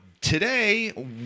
today